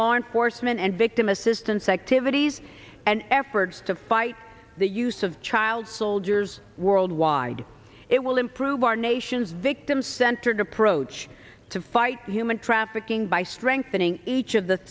law enforcement and victim assistance activities and efforts to fight the use of child soldiers worldwide it will improve our nation's victim centered approach to fight human trafficking by strengthening each of the